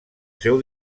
seu